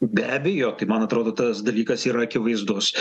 be abejo tai man atrodo tas dalykas yra akivaizdus